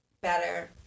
better